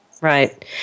Right